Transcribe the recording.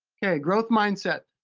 okay, growth mindset.